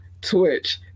Twitch